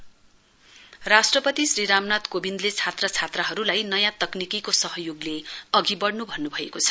president राष्टपति श्री रामनाथ कोविन्दले छात्र छात्राहरुलाई नयाँ तकनिकीको सहयोगले अघि वढ़नु भन्नुभएको छ